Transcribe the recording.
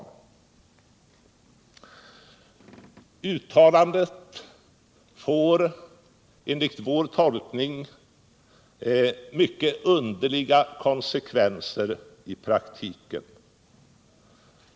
Uttalandet får enligt vår tolkning mycket underliga konsekvenser i praktiken.